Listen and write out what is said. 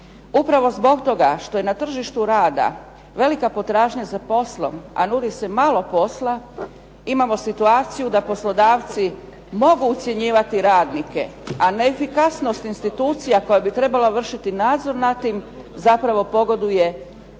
Upravo zbog toga što je na tržištu rada velika potražnja za poslom, a nudi se malo posla imamo situaciju da poslodavci mogu ucjenjivati radnike, a neefikasnost institucija koja bi trebala vršiti nadzor nad tim zapravo pogoduje da